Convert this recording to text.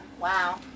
Wow